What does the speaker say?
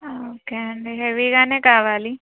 okay అండి హెవీగా కావాలి